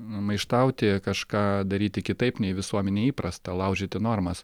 maištauti kažką daryti kitaip nei visuomenėj įprasta laužyti normas